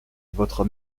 votre